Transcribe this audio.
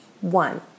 One